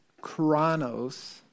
chronos